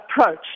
approach